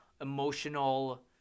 emotional